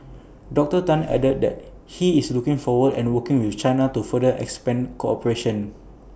dr Tan added that he is looking forward to working with China to further expand cooperation